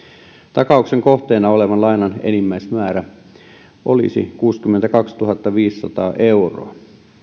takauksen kohteena olevan lainan enimmäismäärä olisi kuusikymmentäkaksituhattaviisisataa euroa